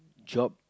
job